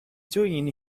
doing